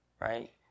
right